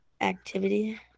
Activity